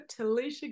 talisha